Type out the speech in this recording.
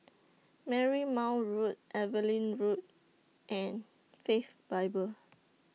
Marymount Road Evelyn Road and Faith Bible